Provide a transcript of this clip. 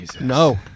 No